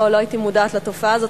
לא הייתי מודעת לתופעה הזאת.